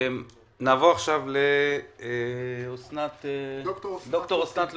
נעבור עכשיו לד"ר אסנת לוקסמבורג,